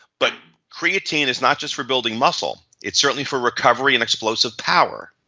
but creatine is not just for building muscle its certainly for recovery and explosive power,